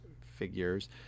figures